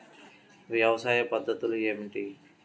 వ్యవసాయ పద్ధతులు ఏమిటి?